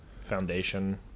foundation